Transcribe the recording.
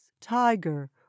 tiger